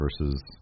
versus